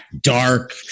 dark